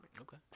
Okay